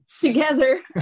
together